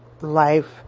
life